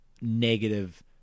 negative